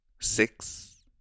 Six